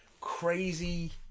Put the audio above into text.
crazy